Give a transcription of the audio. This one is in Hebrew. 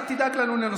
אל תדאג לנו לנושא שיחה.